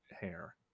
hair